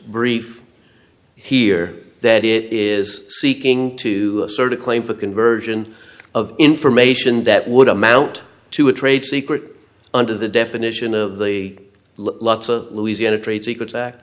brief here that it is seeking to assert a claim for conversion of information that would amount to a trade secret under the definition of the lots of louisiana trade secrets act